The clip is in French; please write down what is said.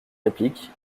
réplique